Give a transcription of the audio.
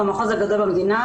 הוא המחוז הגדול במדינה,